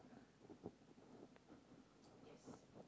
<S<